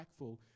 impactful